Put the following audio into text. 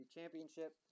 Championship